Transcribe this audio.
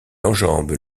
enjambe